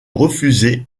refuser